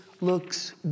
looks